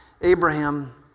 Abraham